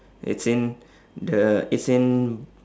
it's in the it's in